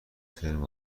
ترم